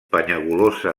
penyagolosa